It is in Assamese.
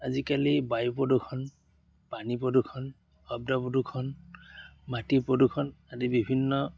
আজিকালি বায়ু প্ৰদূষণ পানী প্ৰদূষণ শব্দ প্ৰদূষণ মাটি প্ৰদূষণ আদি বিভিন্ন